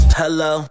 hello